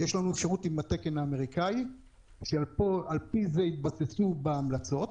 יש לנו אפשרות עם התקן האמריקאי שעל פיו התבססו בהמלצות,